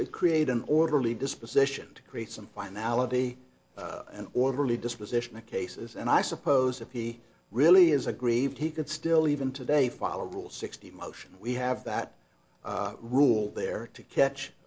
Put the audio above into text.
to create an orderly disposition to create some finality and orderly disposition of cases and i suppose if he really is aggrieved he could still even today follow rules sixty motion we have that rule there to catch